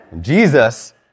Jesus